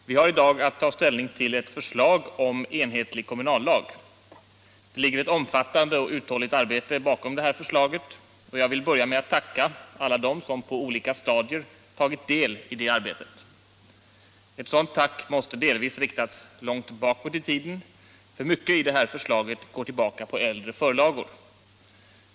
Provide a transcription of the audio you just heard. Herr talman! Vi har i dag att ta ställning till ett förslag om enhetlig kommunallag. Det ligger ett omfattande och uthålligt arbete bakom det här förslaget, och jag vill börja med att tacka alla dem som på olika stadier tagit del i det arbetet. Ett sådant tack måste delvis riktas långt bakåt i tiden; mycket i det här förslaget går tillbaka på äldre förlagor.